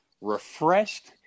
refreshed